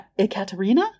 Ekaterina